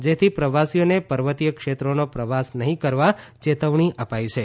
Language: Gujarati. જેથી પ્રવાસીઓને પર્વતીય ક્ષેત્રોનો પ્રવાસ નહીં કરવા ચેતવણી અપાઇ છે